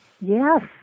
Yes